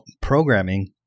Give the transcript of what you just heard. programming